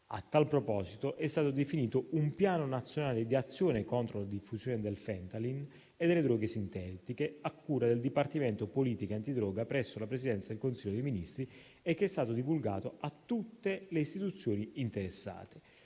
A tal proposito, è stato definito un Piano nazionale di azione contro la diffusione del Fentanyl e delle droghe sintetiche a cura del Dipartimento politiche antidroga presso la Presidenza del Consiglio dei ministri, che è stato divulgato a tutte le istituzioni interessate.